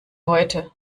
heute